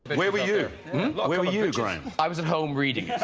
but where were you? where were you, graham? i was at home reading.